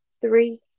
three